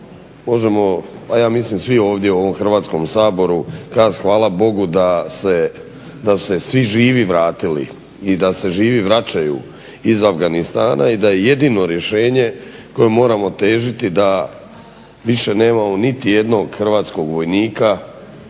možemo, a ja mislim svi ovdje u ovom Hrvatskom saboru kazati hvala Bogu da su se svi živi vratili i da se živi vraćaju iz Afganistana i da je jedino rješenje kojem moramo težiti da više nemamo niti jednog hrvatskog vojnika